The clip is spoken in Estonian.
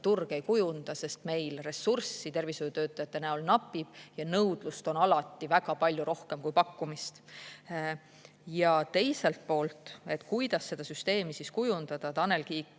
turg ei kujunda, sest meil ressurssi tervishoiutöötajate näol napib ja nõudlust on alati väga palju rohkem kui pakkumist. Ja teiselt poolt, kuidas seda süsteemi siis kujundada? Tanel Kiik